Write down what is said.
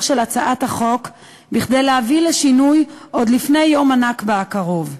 של הצעת החוק כדי להביא לשינוי עוד לפני יום הנכבה הקרוב.